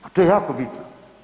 Pa to je jako bitno.